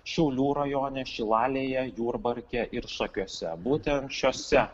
šiaulių rajone šilalėje jurbarke ir šakiuose būtent šiose